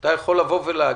אתה יכול לבוא ולהגיד,